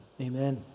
amen